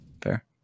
Fair